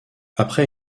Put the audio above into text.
après